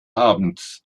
abends